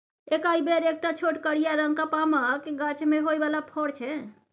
एकाइ बेरी एकटा छोट करिया रंगक पामक गाछ मे होइ बला फर छै